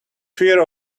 fear